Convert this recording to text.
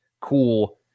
cool